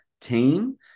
team